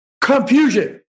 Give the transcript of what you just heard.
confusion